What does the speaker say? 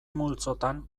multzotan